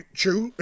true